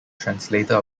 translator